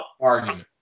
Argument